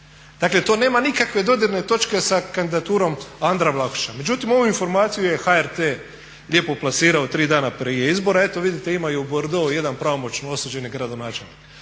Dakle to nema nikakve dodirne točke sa kandidaturom Andra Vlahušića. Međutim, ovu informaciju je HRT lijepo plasirao tri dana prije izbora, evo vidite ima i u Bordeuxu jedan pravomoćno osuđeni gradonačelnik,